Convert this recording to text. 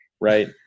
right